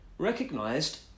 Recognised